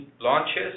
launches